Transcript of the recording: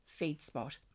Feedspot